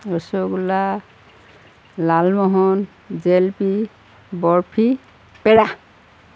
rasgulla lalmohan jalebi barfi পেৰা